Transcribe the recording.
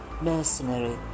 mercenary